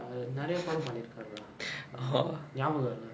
நரையா படம் பன்னிருக்காருடா ஞாபகம் இல்ல:naraiyaa padam pannirukkaarudaa nabagam illa